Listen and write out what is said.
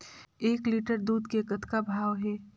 एक लिटर दूध के कतका भाव हे?